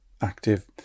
active